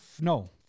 no